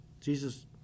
Jesus